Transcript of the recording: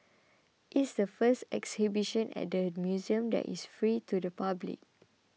it is the first exhibition at the museum that is free to the public